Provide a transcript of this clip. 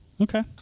Okay